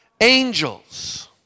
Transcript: angels